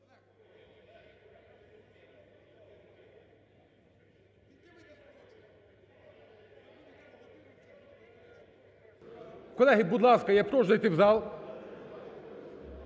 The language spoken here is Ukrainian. Колеги, будь ласка, я прошу зайти в зал.